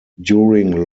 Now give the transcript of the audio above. during